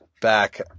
Back